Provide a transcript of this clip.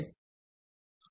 સામાન્ય